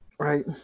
Right